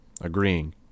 agreeing